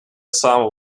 some